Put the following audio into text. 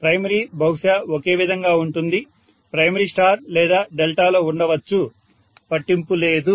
primary బహుశా ఒకే విధంగా ఉంటుంది ప్రైమరీ స్టార్ లేదా డెల్టా లో ఉండవచ్చు పట్టింపు లేదు